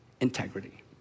integrity